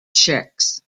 chicks